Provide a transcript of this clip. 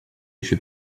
еще